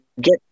get